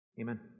Amen